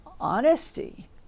honesty